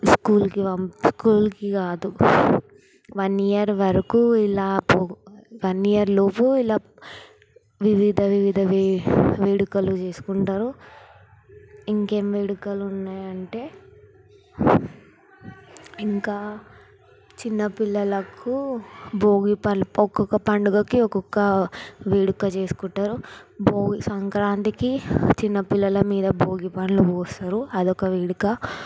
స్కూల్కి పంపి స్కూల్కి కాదు వన్ ఇయర్ వరకు ఇలా వన్ ఇయర్ లోపు ఇలా వివిధ వివిధ వే వేడుకలు చేసుకుంటారు ఇంకేం వేడుకలు ఉన్నాయి అంటే ఇంకా చిన్నపిల్లలకు భోగి పళ్ళు ఒక్కొక్క పండగకి ఒక్కొక్క వేడుక చేసుకుంటారు భోగి సంక్రాంతికి చిన్న పిల్లల మీద భోగి పండ్లు పోస్తారు అది ఒక వేడుక